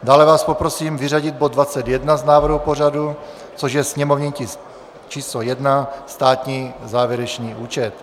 Dále vás poprosím vyřadit bod 21 z návrhu pořadu, což je sněmovní tisk 1 státní závěrečný účet.